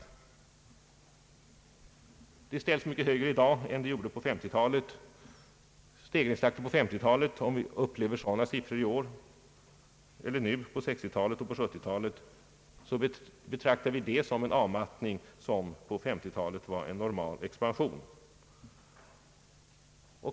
Det kravet ställs mycket högre i dag än på 1950-talet. Vad vi på 1950 talet kallade en normal expansion betraktar vi på 1960-talet som en avmattning.